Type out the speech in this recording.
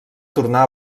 tornà